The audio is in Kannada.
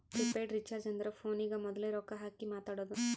ಪ್ರಿಪೇಯ್ಡ್ ರೀಚಾರ್ಜ್ ಅಂದುರ್ ಫೋನಿಗ ಮೋದುಲೆ ರೊಕ್ಕಾ ಹಾಕಿ ಮಾತಾಡೋದು